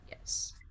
Yes